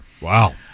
Wow